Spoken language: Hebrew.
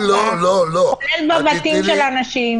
כולל בבתים של אנשים.